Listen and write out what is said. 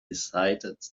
decided